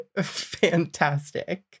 Fantastic